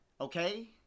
okay